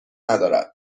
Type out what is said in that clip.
ندارد